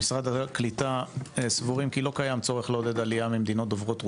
במשרד הקליטה סבורים כי לא קיים צורך לעודד עלייה ממדינות דוברות רוסית,